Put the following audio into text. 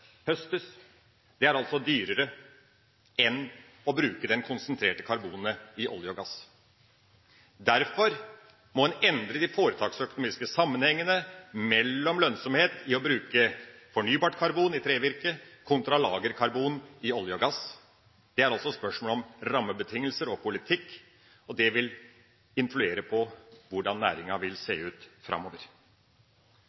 Det er altså dyrere enn å bruke det konsentrerte karbonet i olje og gass. Derfor må en endre de foretaksøkonomiske sammenhengene mellom lønnsomhet i å bruke fornybart karbon i trevirke kontra lagerkarbon i olje og gass. Det er også spørsmål om rammebetingelser og politikk, og det vil influere på hvordan næringa vil se